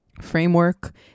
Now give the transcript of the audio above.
framework